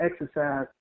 exercise